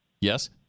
Yes